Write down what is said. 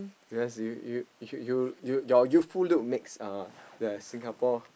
because you you you you you your youthful look makes uh the Singapore